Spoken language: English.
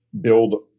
build